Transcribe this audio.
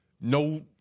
no